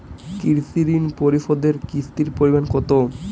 কৃষি ঋণ পরিশোধের কিস্তির পরিমাণ কতো?